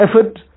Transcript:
effort